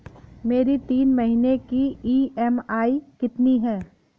मेरी तीन महीने की ईएमआई कितनी है?